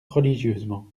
religieusement